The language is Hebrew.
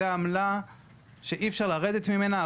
זו העמלה שאי אפשר לרדת ממנה.